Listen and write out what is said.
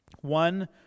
one